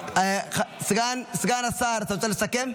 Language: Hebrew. סגן השר, אתה רוצה לסכם?